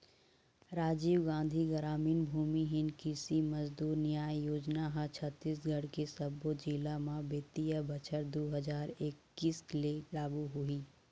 राजीव गांधी गरामीन भूमिहीन कृषि मजदूर न्याय योजना ह छत्तीसगढ़ के सब्बो जिला म बित्तीय बछर दू हजार एक्कीस ले लागू होही